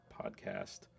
podcast